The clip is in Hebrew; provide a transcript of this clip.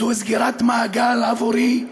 זו סגירת מעגל עבורי,